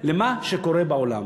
למה שקורה בעולם.